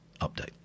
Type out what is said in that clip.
update